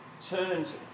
turns